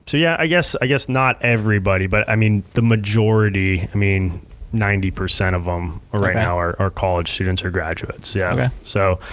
so yeah, i guess i guess not everybody, but i mean the majority, i mean ninety percent of um them right now are college students or graduates, yeah. so